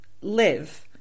live